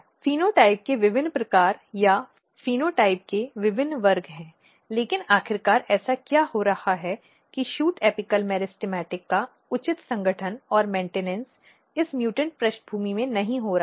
phenotype के विभिन्न प्रकार या फ़िनोटाइप के विभिन्न वर्ग हैं लेकिन आखिरकार ऐसा क्या हो रहा है कि शूट म्युटिकल मेरिस्टेमेटिक का उचित संगठन और मेन्टिनॅन्स इस म्यूटेंट पृष्ठभूमि में नहीं हो रहा है